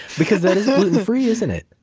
because that is gluten free, isn't it?